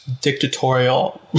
dictatorial